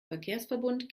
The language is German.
verkehrsverbund